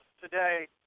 today